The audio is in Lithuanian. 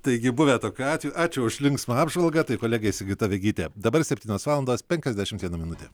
taigi buvę tokių atvejų ačiū už linksmą apžvalgą tai kolegė sigita vegytė dabar septynios valandos penkiasdešimt viena minutė